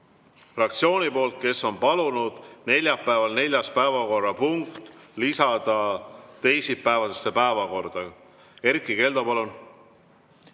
fraktsioonilt, kes on palunud neljapäeval neljas päevakorrapunkt lisada teisipäevasesse päevakorda. Erkki Keldo, palun!